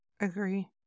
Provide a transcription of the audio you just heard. Agree